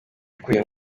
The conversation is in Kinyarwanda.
k’uyu